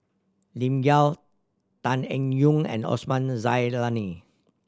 Lim Yau Tan Eng Yoon and Osman Zailani